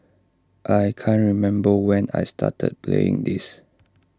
I can't remember when I started playing this